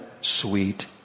sweet